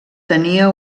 tenia